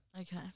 Okay